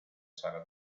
sala